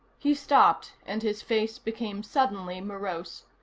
he stopped, and his face became suddenly morose.